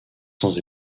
sans